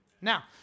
now